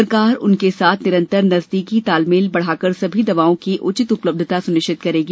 सरकार उनके साथ निरंतर नजदीकी तालमेल बढाकर सभी दवाओं की उचित उपलब्धता सुनिश्चित करेगी